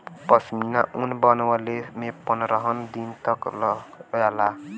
पश्मीना ऊन बनवले में पनरह दिन तक लग जाला